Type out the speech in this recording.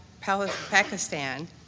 Pakistan